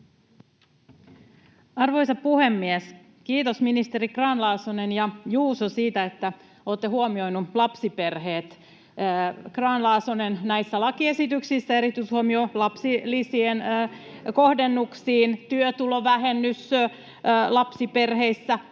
Arvoisa puhemies! Kiitos, ministerit Grahn-Laasonen ja Juuso, siitä, että olette huomioineet lapsiperheet. [Naurua sosiaalidemokraattien ryhmästä] Grahn-Laasonen, näissä lakiesityksissä on erityishuomio lapsilisien kohdennuksiin, työtulovähennys lapsiperheissä,